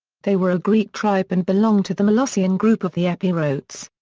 they were a greek tribe and belonged to the molossian group of the epirotes.